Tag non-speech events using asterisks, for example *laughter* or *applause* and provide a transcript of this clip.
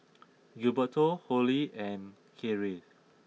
*noise* Gilberto Holly and Kathryn